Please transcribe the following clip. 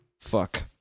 Fuck